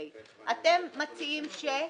יודעת שאתה מתנגד לזה,